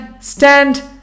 Stand